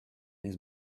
his